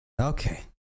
Okay